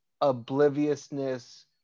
obliviousness